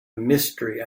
mystery